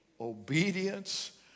obedience